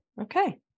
Okay